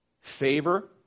Favor